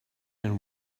and